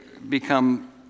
Become